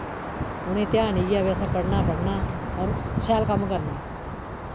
उ'नें ध्यान इ'यै कि असें पढ़ना पढ़ना और शैल कम्म करना